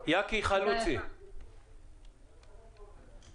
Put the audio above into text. יקי חלוצי, ההסתדרות הכללית